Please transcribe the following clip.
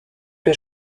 que